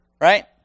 right